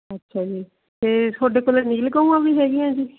ਅੱਛਾ ਜੀ ਅਤੇ ਤੁਹਾਡੇ ਕੋਲ ਨੀਲ ਗਊਆਂ ਵੀ ਹੈਗੀਆਂ ਜੀ